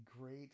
great